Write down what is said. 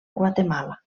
guatemala